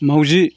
माउजि